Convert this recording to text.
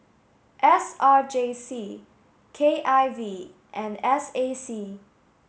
S R J C K I V and S A C